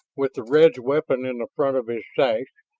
with the red's weapon in the front of his sash,